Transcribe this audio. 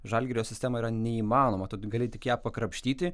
žalgirio sistemą yra neįmanoma tu tik gali tik ją pakrapštyti